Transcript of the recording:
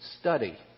study